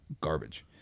Garbage